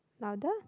louder